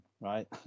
right